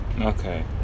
Okay